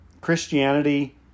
Christianity